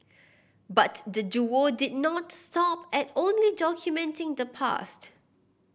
but the duo did not stop at only documenting the past